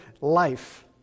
life